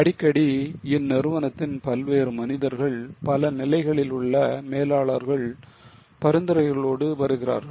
அடிக்கடி இந்நிறுவனத்தின் பல்வேறு மனிதர்கள் பல நிலைகளில் உள்ள மேலாளர்கள் பரிந்துரைகளோடு வருகிறார்கள்